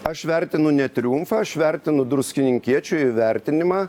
aš vertinu ne triumfą aš vertinu druskininkiečių įvertinimą